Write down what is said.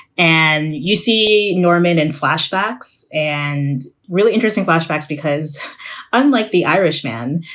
and you see norman in flashbacks and really interesting flashbacks because unlike the irish man,